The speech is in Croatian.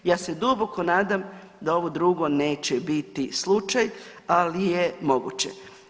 Ja se duboko nadam da ovo drugo neće biti slučaj, ali je moguće.